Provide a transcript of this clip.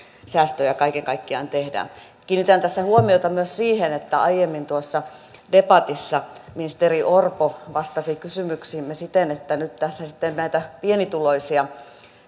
säästöjä kaiken kaikkiaan tehdään kiinnitän tässä huomiota myös siihen että aiemmin tuossa debatissa ministeri orpo vastasi kysymyksiimme siten että nyt tässä sitten näitä pienituloisia